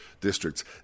districts